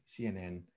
CNN